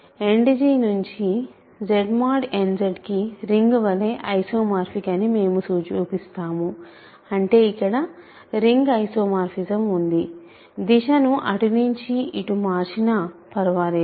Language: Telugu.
End నుంచి Z mod nZ కి రింగ్ వలె ఐసోమార్ఫిక్ అని మేము చూపిస్తాము అంటే ఇక్కడ రింగ్ ఐసోమార్ఫిజం ఉంది దిశను ఇటు నించి అటు మార్చినా పర్లేదు